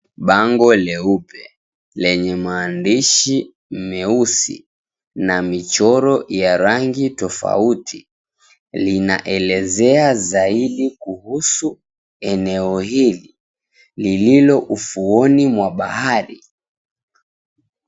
Bango leupe, lenye maandishi meusi na michoro ya rangi tofauti linaelezea zaidi kuhusu eneo hili lililo ufuoni mwa bahari.